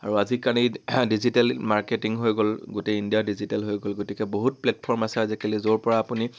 আৰু আজিকালি digital marketing হৈ গ'ল গোটেই ইণ্ডিয়া ডিজিটেল হৈ গ'ল গতিকে বহুত প্লেটফৰ্ম আছে আজিকালি য'ৰ পৰা আপুনি